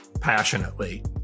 passionately